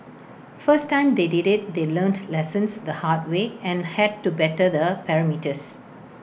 first time they did IT they learnt lessons the hard way and had to better the parameters